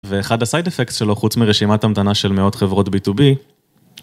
ואחד הסייד אפקטס שלו, חוץ מרשימת המתנה של מאות חברות B2B,